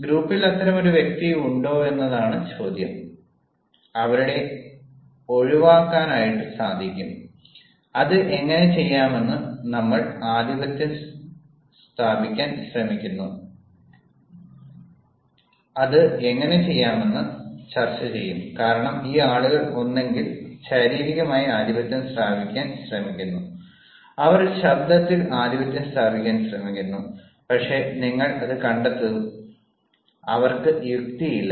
ഗ്രൂപ്പിൽ അത്തരമൊരു വ്യക്തി ഉണ്ടോയെന്നതാണ് ചോദ്യം അവരുടെ ഒഴിവാക്കാൻ ആയിട്ട് സാധിക്കും അത് എങ്ങനെ ചെയ്യാമെന്ന് നമ്മൾ ചർച്ച ചെയ്യും കാരണം ഈ ആളുകൾ ഒന്നുകിൽ ശാരീരികമായി ആധിപത്യം സ്ഥാപിക്കാൻ ശ്രമിക്കുന്നു അവർ ശബ്ദത്തിൽ ആധിപത്യം സ്ഥാപിക്കാൻ ശ്രമിക്കുന്നു പക്ഷേ നിങ്ങൾ അത് കണ്ടെത്തും അവർക്ക് യുക്തിയില്ല